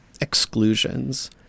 exclusions